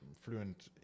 fluent